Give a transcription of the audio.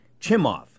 Chimov